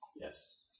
Yes